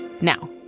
Now